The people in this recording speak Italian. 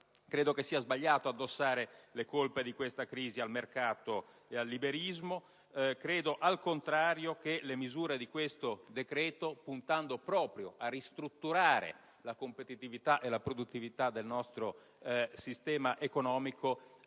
Credo che sia sbagliato addossare le colpe di questa crisi al mercato e al liberismo. Credo, al contrario, che le misure di questo decreto, puntando proprio a ristrutturare la competitività e la produttività del nostro sistema economico,